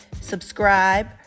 subscribe